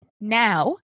now